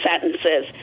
sentences